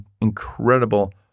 incredible